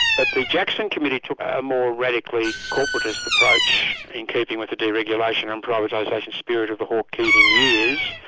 but the jackson committee took a more radically corporatist approach in keeping with the deregulation on privatisation spirit of the hawke-keating years,